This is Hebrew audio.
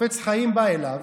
החפץ חיים בא אליו